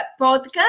podcast